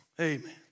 Amen